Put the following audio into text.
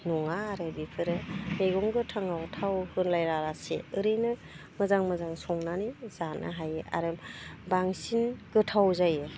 नङा आरो बेफोरो मैगं गोथाङाव थाव होलाया लासे ओरैनो मोजां मोजां संनानै जानो हायो आरो बांसिन गोथाव जायो